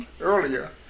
earlier